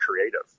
creative